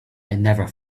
never